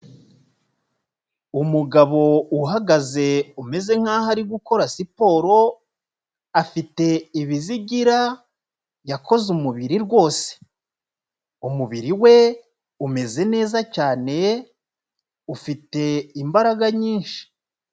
Umugabo uhagaze umeze nk'aho ari gukora siporo, afite ibizigira yakoze umubiri rwose! Umubiri we umeze neza cyane, ufite imbaraga nyinshi.